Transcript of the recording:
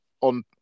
on